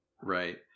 Right